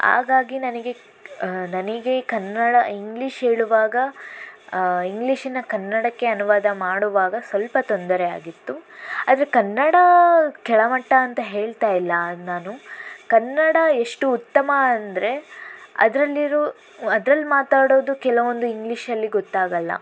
ಹಾಗಾಗಿ ನನಗೆ ನನಗೆ ಕನ್ನಡ ಇಂಗ್ಲೀಷ್ ಹೇಳುವಾಗ ಇಂಗ್ಲೀಷಿನ ಕನ್ನಡಕ್ಕೆ ಅನುವಾದ ಮಾಡುವಾಗ ಸ್ವಲ್ಪ ತೊಂದರೆ ಆಗಿತ್ತು ಆದರೆ ಕನ್ನಡ ಕೆಳಮಟ್ಟ ಅಂತ ಹೇಳ್ತಾಯಿಲ್ಲ ನಾನು ಕನ್ನಡ ಎಷ್ಟು ಉತ್ತಮ ಅಂದರೆ ಅದರಲ್ಲಿರೋ ಅದರಲ್ಲಿ ಮಾತಾಡೋದು ಕೆಲವೊಂದು ಇಂಗ್ಲೀಷಲ್ಲಿ ಗೊತ್ತಾಗಲ್ಲ